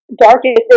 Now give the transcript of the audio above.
Darkest